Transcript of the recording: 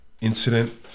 incident